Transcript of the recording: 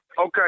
Okay